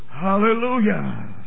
hallelujah